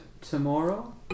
Tomorrow